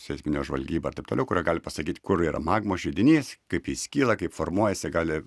seisminė žvalgyba ir taip toliau kurie gali pasakyt kur yra magmos židinys kaip jis kyla kaip formuojasi gali